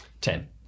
Ten